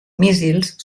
míssils